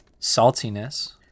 Saltiness